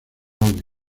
audio